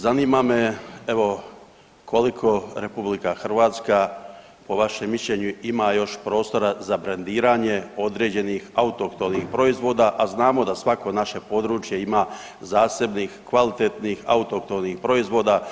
Zanima me evo koliko RH po vašem mišljenju ima još prostora za brendiranje određenih autohtonih proizvoda, a znamo da svako naše područje ima zasebnih kvalitetnih autohtonih proizvoda.